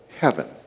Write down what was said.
heaven